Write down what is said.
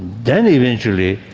then eventually